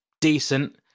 decent